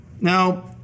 Now